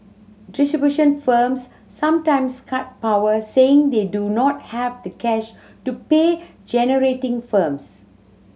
distribution firms sometimes cut power saying they do not have the cash to pay generating firms